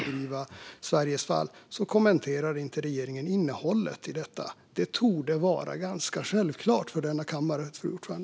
Därför kommenterar inte regeringen innehållet i detta. Det torde vara ganska självklart för denna kammare, fru talman.